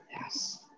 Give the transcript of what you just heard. Yes